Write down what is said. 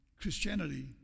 Christianity